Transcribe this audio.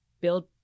Build